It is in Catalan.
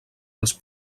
els